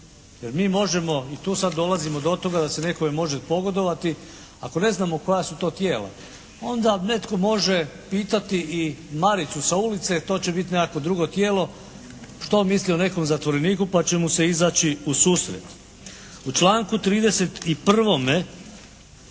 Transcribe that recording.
Jer mi možemo i tu sad dolazimo do toga da se nekome može pogodovati. Ako ne znamo koja su to tijela, onda netko može pitati i Maricu sa ulice, to će biti nekakvo drugo tijelo što misli o nekom zatvoreniku pa će mu se izaći ususret. U članku 31.